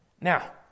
Now